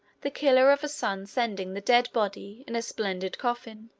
the killer of a son sending the dead body, in a splendid coffin,